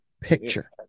picture